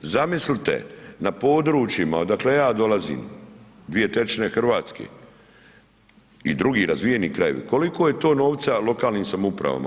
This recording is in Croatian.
Zamislite, na područjima odakle ja dolazim, 2/3 Hrvatske i drugi razvijeni krajevi, koliko je to novca lokalnim samoupravama.